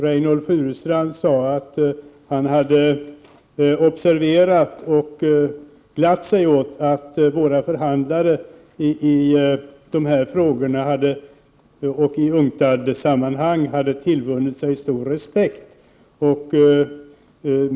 Reynoldh Furustrand sade att han hade observerat och glatt sig åt att våra förhandlare i dessa frågor i UNCTAD-sammanhang tillvunnit sig stor respekt.